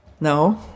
No